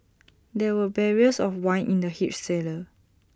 there were barrels of wine in the huge cellar